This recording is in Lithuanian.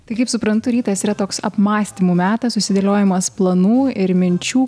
tai kaip suprantu rytas yra toks apmąstymų metas susidėliojamas planų ir minčių